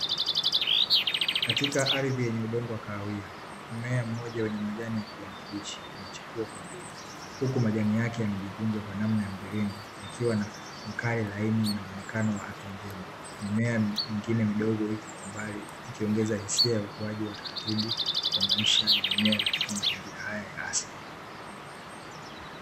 Katika ardhi yenye udongo wa kahawia, mmea mmoja wenye majani ya kijani kibichi umechipua kwa nguvu, uku majani yake yamejikunja kwa namna ya mviringo yakiwa na makale laini na mwonekano wa afya njema. Mimea mingine midogo ipo kwa mbali ikiongeza hisia ya ukuaji wa taratibu wa maisha ya mimea katika mazingira haya ya asili.